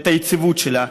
את היציבות שלה,